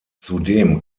zudem